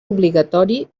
obligatori